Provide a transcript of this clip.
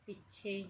ਪਿੱਛੇ